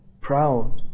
proud